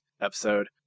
episode